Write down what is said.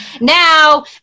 Now